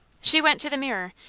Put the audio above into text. she went to the mirror,